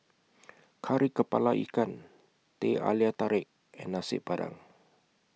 Kari Kepala Ikan Teh Halia Tarik and Nasi Padang